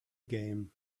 game